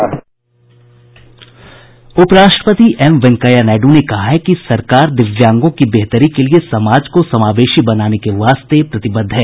उपराष्ट्रपति एम वेंकैया नायडू ने कहा है कि सरकार दिव्यांगों की बेहतरी के लिए समाज को समावेशी बनाने के वास्ते प्रतिबद्ध है